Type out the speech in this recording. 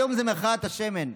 היום זה מחאת השמן.